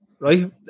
Right